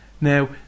Now